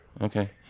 Okay